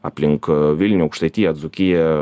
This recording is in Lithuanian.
aplink vilnių aukštaitiją dzūkiją